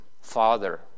father